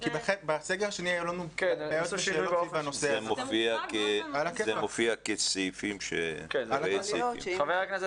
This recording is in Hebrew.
כי בסגר השני היה --- זה מופיע כסעיפים --- תמי,